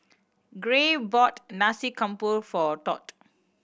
Gray bought Nasi Campur for Todd